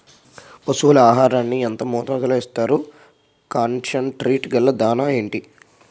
పశువుల ఆహారాన్ని యెంత మోతాదులో ఇస్తారు? కాన్సన్ ట్రీట్ గల దాణ ఏంటి?